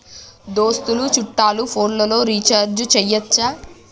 దోస్తులు చుట్టాలు ఫోన్లలో రీఛార్జి చేయచ్చా?